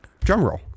Drumroll